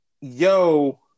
yo